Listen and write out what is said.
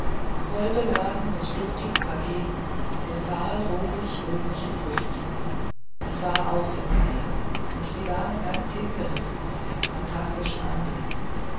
vollbeladen mit duftigen paketen der fahl rosig grünlichen früchtchen es war auch im mai und sie waren ganz hingerissen von dem phantastischen anblick